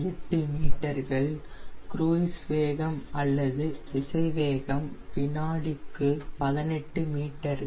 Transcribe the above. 8 மீட்டர்கள் குருய்ஸ் வேகம் அல்லது திசைவேகம் வினாடிக்கு 18 மீட்டர்கள்